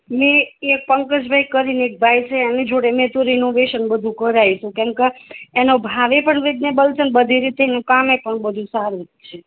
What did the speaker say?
ઈ ઈ પંકજભાઈ કરીને એક ભાઈ છે એની જોડે મેં તો બધું રિનોવેશન કરાયું તું કેમ ક એનો ભાવ એ રિઝનેબલ છ અન બધી રીતનું કામ એ બધું સારું છ